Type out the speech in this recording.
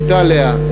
איטליה,